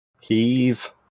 heave